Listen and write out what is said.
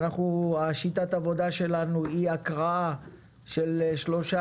שיטת העבודה שלנו היא הקראה של שלושה